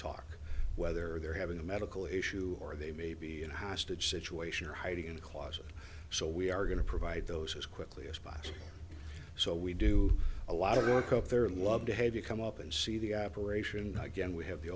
talk whether they're having a medical issue or they may be in a hostage situation or hiding in a closet so we are going to provide those as quickly as possible so we do a lot of work up there and love to have you come up and see the operation again we have the